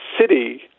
city